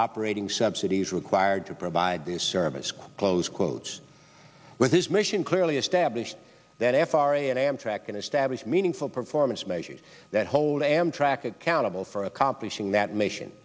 operating subsidies required to provide the service close quotes with his mission clearly established that f r a and amtrak can establish meaningful performance measures that hold amtrak accountable for accomplishing that mission